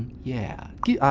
yeah, ah,